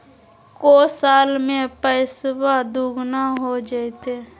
को साल में पैसबा दुगना हो जयते?